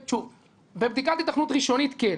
בבדיקת היתכנות ראשונית כן.